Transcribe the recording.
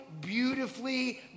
beautifully